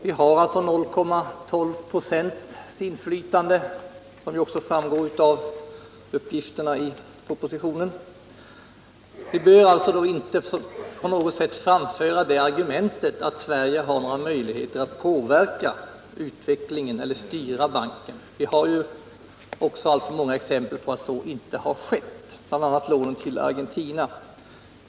Vi har 0,12 procents inflytande, som också framgår av uppgifterna i propositionen. Man bör då inte framföra det argumentet att Sverige har några möjligheter att påverka utvecklingen eller styra banken. Vi har också alltför många exempel på att så inte skett. Det gäller bl.a. lån till Argentina.